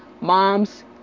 mom's